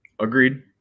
Agreed